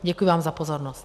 Děkuji vám za pozornost.